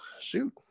shoot